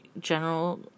general